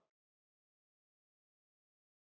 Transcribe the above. Дякую.